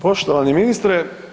Poštovani ministre.